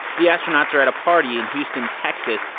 the astronauts are at a party in houston, texas,